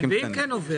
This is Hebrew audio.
ואם כן עובר?